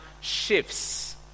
shifts